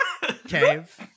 cave